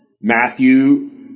Matthew